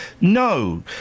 No